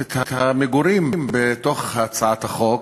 את המגורים בתוך הצעת החוק,